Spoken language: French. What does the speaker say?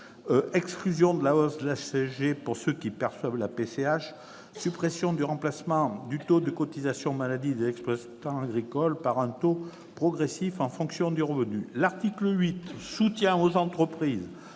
l'exclusion de la hausse de la CSG pour les personnes qui perçoivent la PCH et la suppression du remplacement du taux de cotisation maladie des exploitants agricoles par un taux progressif en fonction du revenu. L'article 8, relatif au soutien aux entreprises,